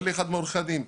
אומר לי אחד מעורכי הדין,